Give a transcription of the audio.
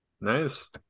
Nice